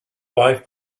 life